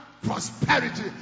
prosperity